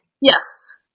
yes